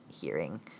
hearing